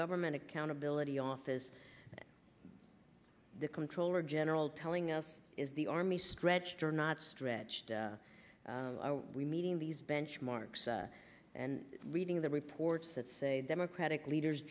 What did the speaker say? government accountability office the comptroller general telling us is the army stretched are not stretched we meeting these benchmarks and reading the reports that say democratic leaders